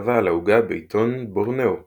כתבה על העוגה בעיתון "בורנאו פוסט"